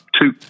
two